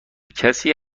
کسی